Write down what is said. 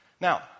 Now